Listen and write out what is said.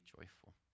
joyful